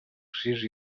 sis